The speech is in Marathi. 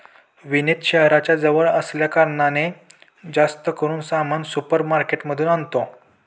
विनीत शहराच्या जवळ असल्या कारणाने, जास्त करून सामान सुपर मार्केट मधून आणतो